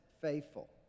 faithful